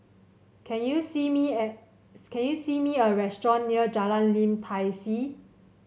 can you see me at can you see me a restaurant near Jalan Lim Tai See